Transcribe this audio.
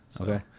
Okay